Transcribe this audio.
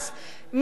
מי שלא,